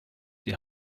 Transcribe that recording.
die